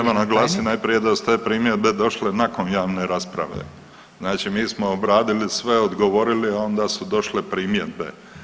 Dobro, treba naglasiti najprije da su te primjedbe došle nakon javne rasprave, znači mi smo obradili sve, odgovorili, a onda su došle primjedbe.